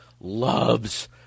loves